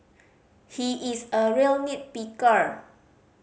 he is a real nit picker